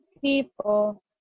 people